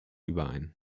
überein